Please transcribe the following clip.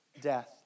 death